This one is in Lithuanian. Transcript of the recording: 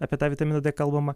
apie tą vitaminą d kalbama